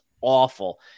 awful